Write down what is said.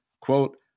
quote